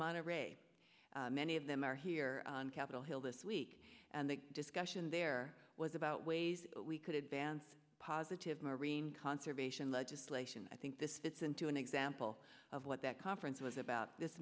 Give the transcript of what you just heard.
monterey many of them are here on capitol hill this week and the discussion there was about ways we could advance positive marine conservation legislation i think this fits into an example of what that conference was about this